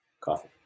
Coffee